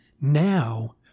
now